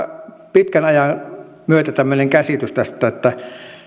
pitkän ajan myötä tämmöinen käsitys että